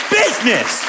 business